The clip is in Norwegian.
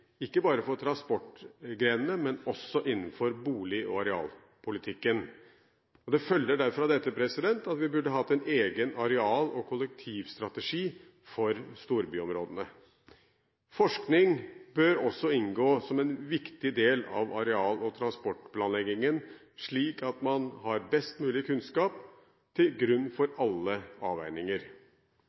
ikke bare for transportgrenene, men også innenfor bolig- og arealpolitikken. Det følger derfor av dette at vi burde hatt en egen areal- og kollektivstrategi for storbyområdene. Forskning bør også inngå som en viktig del av areal- og transportplanleggingen, slik at man kan legge best mulig kunnskap til grunn for alle avveininger.